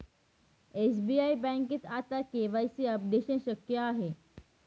SBI बँकेत आता KYC updation शक्य आहे